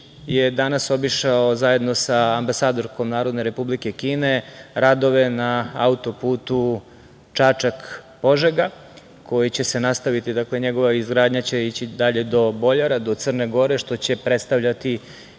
je danas obišao zajedno sa ambasadorkom Narodne Republike Kine radove na auto-putu Čačak-Požega, koji će se nastaviti, dakle, njegova izgradnja će ići do Boljara, do Crne Gore, što će predstavljati